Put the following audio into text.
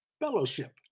fellowship